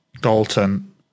Dalton